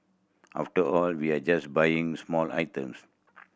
after all we're just buying small items